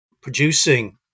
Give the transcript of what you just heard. producing